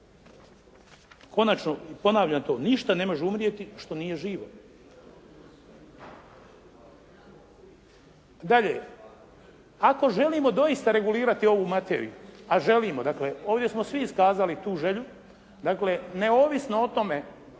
Konačno, ponavljam to ništa ne može umrijeti što nije živo. Dalje, ako želimo doista regulirati ovu materiju, a želimo dakle, ovdje smo svi iskazali tu želju, dakle neovisno o tome